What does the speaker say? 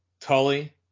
Tully